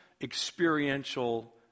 experiential